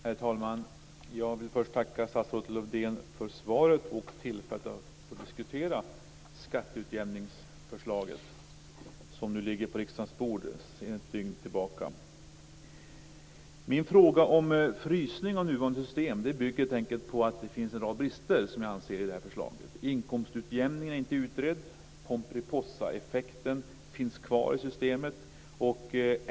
Herr talman! Jag vill först tacka statsrådet Lövdén för svaret och tillfället att få diskutera skatteutjämningsförslaget, som sedan ett dygn tillbaka ligger på riksdagens bord. Min fråga om frysning av nuvarande system bygger helt enkelt på att jag anser att det finns en rad brister i förslaget. Inkomstutjämningen är inte utredd. Pomperipossaeffekten finns kvar i systemet.